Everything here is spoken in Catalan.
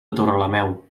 torrelameu